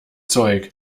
zeug